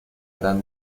gran